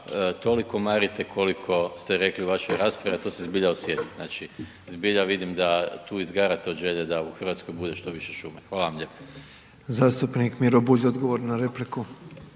toliko marite koliko ste rekli u vašoj raspravi, a to se zbilja osjeti, znači zbilja vidim da tu izgarate od želje da u RH bude što više šume. Hvala vam lijepo. **Petrov, Božo (MOST)** Zastupnik Miro Bulj odgovor na repliku.